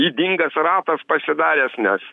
ydingas ratas pasidaręs nes